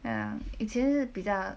ya 以前是比较